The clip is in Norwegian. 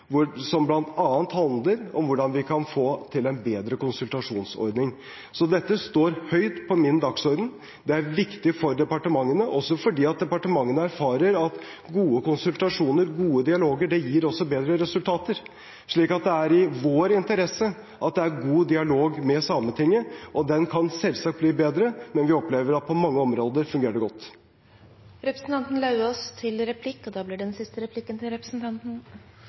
hvor vi har veiledet departementene om hvordan konsultasjonene skal fungere godt, og hvordan de kan fungere enda bedre. Det er grunnen til at vår regjering nå har tatt opp igjen arbeidet med Samerettsutvalget, som kom allerede i 2007, som bl.a. handler om hvordan vi kan få til en bedre konsultasjonsordning. Så dette står høyt på min dagsorden. Det er viktig for departementene, også fordi departementene erfarer at gode konsultasjoner og gode dialoger gir bedre resultater. Det er i vår interesse at det er god dialog med Sametinget. Den kan selvsagt bli